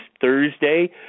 Thursday